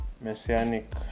messianic